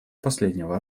последнего